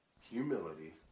humility